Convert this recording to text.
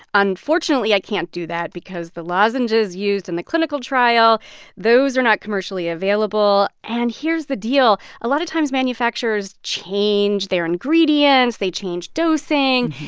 unfortunately, i can't do that because the lozenges used in the clinical trial those are not commercially available. and here's the deal a lot of times, manufacturers change their ingredients. they change dosing.